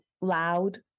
loud